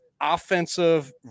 Offensive